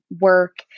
work